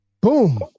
boom